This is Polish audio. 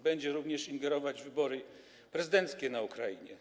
Będzie również ingerować w wybory prezydenckie na Ukrainie.